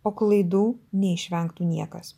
o klaidų neišvengtų niekas